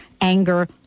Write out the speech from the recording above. Anger